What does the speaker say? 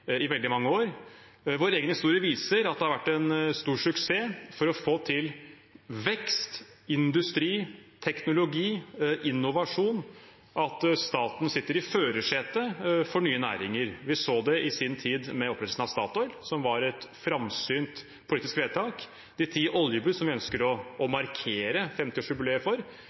i veldig mange år. Vår egen historie viser at det har vært en stor suksess for å få til vekst, industri, teknologi og innovasjon at staten sitter i førersetet for nye næringer. Vi så det i sin tid med opprettelsen av Statoil, som var et framsynt politisk vedtak. De ti oljebud, som vi ønsker å markere 50-årsjubileet for